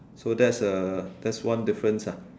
so that's a that's one difference ah